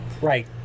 Right